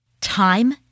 time